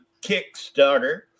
Kickstarter